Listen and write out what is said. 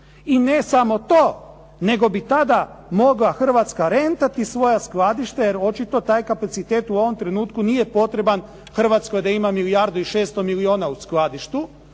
I ne samo to nego bi tada mogla hrvatska rentati svoja skladišta, jer očito taj kapacitet u ovom trenutku nije potreban Hrvatskoj da ima milijardu i 600 milijuna u skladištu,